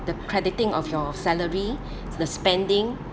the crediting of your salary the spending